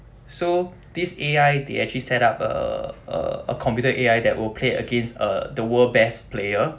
so this A_I they actually set up a a computer A_I that will play against uh the world best player